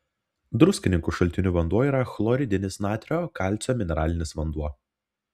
druskininkų šaltinių vanduo yra chloridinis natrio kalcio mineralinis vanduo